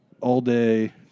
all-day